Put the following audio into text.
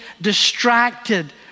distracted